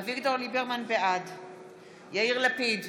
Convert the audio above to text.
בעד יאיר לפיד,